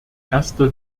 erster